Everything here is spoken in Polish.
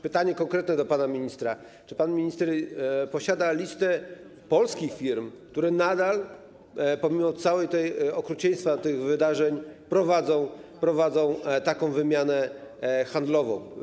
Pytanie konkretne do pana ministra: Czy pan minister posiada listę polskich firm, które pomimo całego okrucieństwa tych wydarzeń nadal prowadzą wymianę handlową?